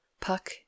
Puck